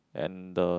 and the